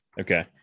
Okay